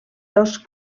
dos